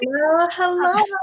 Hello